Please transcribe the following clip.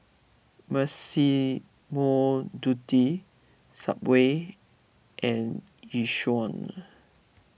Massimo Dutti Subway and Yishion